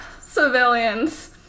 Civilians